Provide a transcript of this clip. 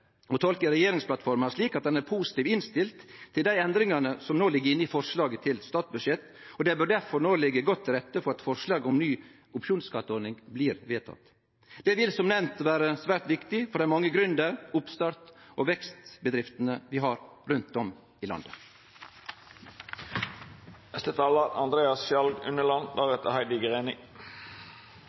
tolke regjeringsplattforma slik at ein er positiv innstilt til dei endringane som ligg inne i forslaget til statsbudsjett. Det bør difor no liggje godt til rette for at forslaget om ny opsjonskatteordning blir vedteke. Det vil som nemnt vere svært viktig for dei mange gründer-, oppstarts- og vekstbedriftene vi har rundt om i